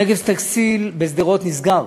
"נגב טקסטיל" בשדרות נסגר.